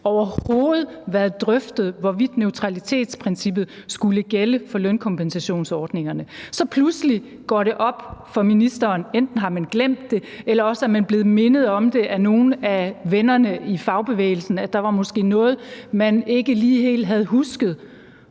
overhovedet været drøftet, hvorvidt neutralitetsprincippet skulle gælde for lønkompensationsordningerne. Så går det pludselig op for ministeren – enten har man glemt det, eller også er man blevet mindet om det af nogle af vennerne i fagbevægelsen, at der måske var noget, man ikke lige helt havde husket